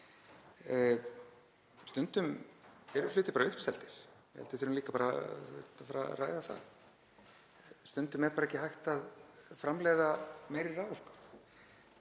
Stundum eru hlutir bara uppseldir, ég held við þurfum líka að fara að ræða það. Stundum er bara ekki hægt að framleiða meiri